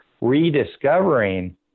rediscovering